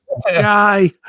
hi